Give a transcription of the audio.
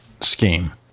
scheme